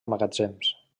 magatzems